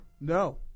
No